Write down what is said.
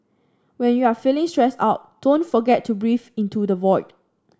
when you are feeling stressed out don't forget to breathe into the void